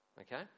okay